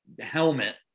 helmet